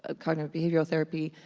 ah cognitive behavioral therapy,